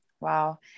Wow